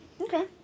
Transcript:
okay